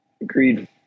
Agreed